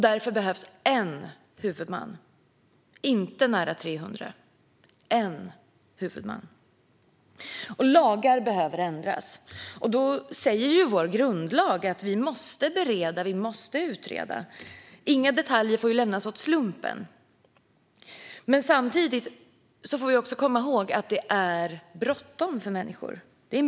Därför behövs en huvudman, inte nära 300. Lagar behöver också ändras, och enligt vår grundlag måste vi då bereda och utreda. Inga detaljer får lämnas åt slumpen. Men samtidigt får vi också komma ihåg att det är mycket bråttom för människor.